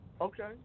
okay